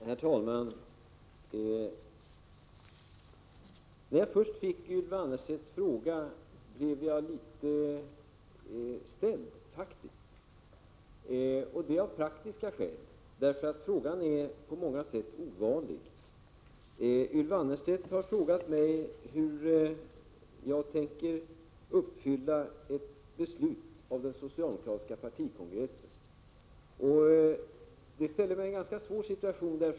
Herr talman! När jag först fick Ylva Annerstedts fråga blev jag faktiskt litet ställd, och det av praktiska skäl. Frågan är på många sätt ovanlig. Ylva Annerstedt har frågat mig hur jag tänker uppfylla ett beslut av den socialdemokratiska partikongressen. Det ställer mig i en ganska svår situation.